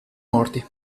morti